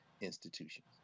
institutions